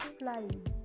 flying